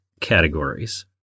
categories